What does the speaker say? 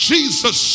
Jesus